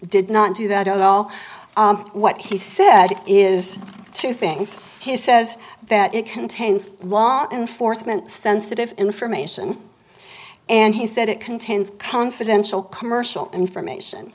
did not do that at all what he said it is two things he says that it contains law enforcement sensitive information and he said it contains confidential commercial information